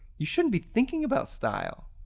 you shouldn't be thinking about style.